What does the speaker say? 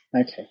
okay